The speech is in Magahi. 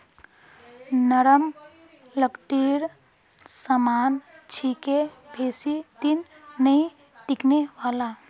नरम लकड़ीर सामान छिके बेसी दिन नइ टिकने वाला